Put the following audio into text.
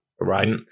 right